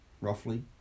roughly